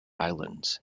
islands